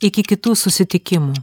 iki kitų susitikimų